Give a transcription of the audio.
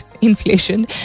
inflation